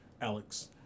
Alex